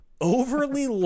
overly